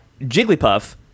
Jigglypuff